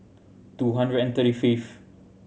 two hundred and thirty fifth